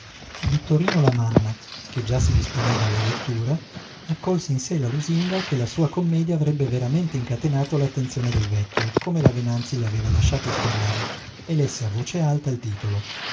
vittorino lamanna che già si disponeva alla lettura accolse in sé la lusinga che la sua commedia avrebbe veramente incatenato l'attenzione del vecchio come la venanzi gli aveva lasciato sperare e lesse a voce alta il titolo